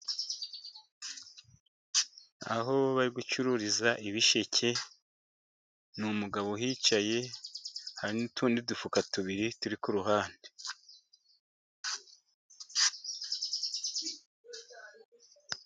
Aho bari gucururiza ibisheke ni umugabo uhicaye, hari n'utundi dufuka tubiri turi ku ruhande.